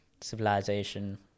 civilization